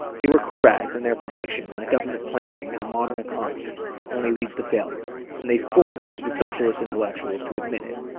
they were correct in and their prediction that government planning and a modern economy only leads to failure, and they forced the socialist intellectuals to admit it.